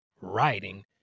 writing